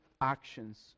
actions